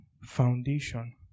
foundation